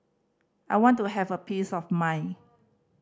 I want to have a peace of mind